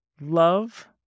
love